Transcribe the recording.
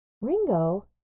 Ringo